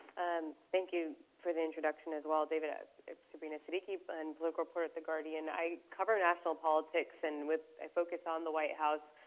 and thank you for the introduction, as well, david. i'm sabrina saddiqui. but and political report at the guardian. i cover national politics and with a focus on the white house,